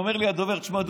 אומר לי הדובר: תשמע,